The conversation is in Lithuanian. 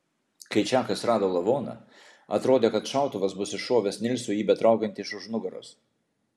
kai čakas rado lavoną atrodė kad šautuvas bus iššovęs nilsui jį betraukiant iš už nugaros